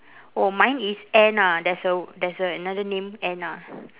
oh mine is anna there's a there's a another name anna